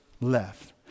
left